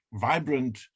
vibrant